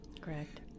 correct